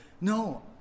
no